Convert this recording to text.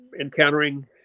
encountering